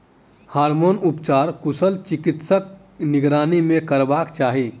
hormone उपचार कुशल चिकित्सकक निगरानी मे करयबाक चाही